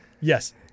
Yes